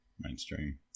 Mainstream